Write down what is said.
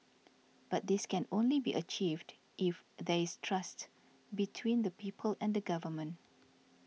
but this can only be achieved if there is trust between the people and government